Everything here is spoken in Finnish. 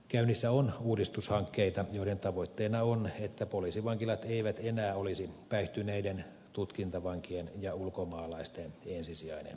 käynnissä on uudistushankkeita joiden tavoitteena on että poliisivankilat eivät enää olisi päihtyneiden tutkintavankien ja ulkomaalaisten ensisijainen sijoituspaikka